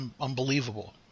unbelievable